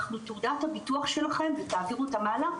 אנחנו תעודת הביטוח שלכם ותעבירו אותה הלאה,